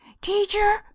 Teacher